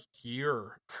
year